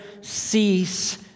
cease